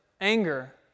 anger